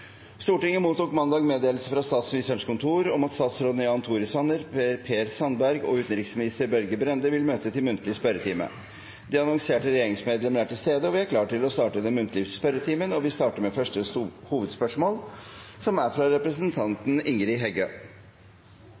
Stortinget mottok mandag meddelelse fra Statsministerens kontor om at utenriksminister Børge Brende og statsrådene Jan Tore Sanner og Per Sandberg vil møte til muntlig spørretime. De annonserte regjeringsmedlemmer er til stede, og vi er klar til å starte den muntlige spørretimen. Vi starter da med første hovedspørsmål, fra representanten Ingrid Heggø.